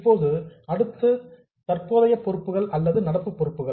இப்போது அடுத்து current liabilities தற்போதைய பொறுப்புகள் அல்லது நடப்பு பொறுப்புகள்